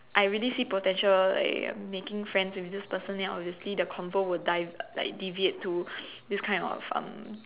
I really see potential like um making friends with this person then obviously the convo would dive like deviate to this kind of um